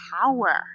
power